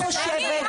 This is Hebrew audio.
למי?